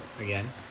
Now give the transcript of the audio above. again